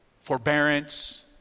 forbearance